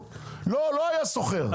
לא היה שוכר,